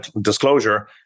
disclosure